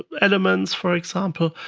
elements, for example.